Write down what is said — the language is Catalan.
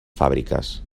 fàbriques